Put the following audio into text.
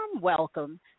welcome